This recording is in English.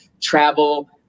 travel